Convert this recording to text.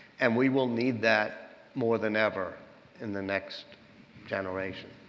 and we will need that more than ever in the next generation.